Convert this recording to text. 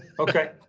okay.